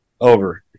Over